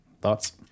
Thoughts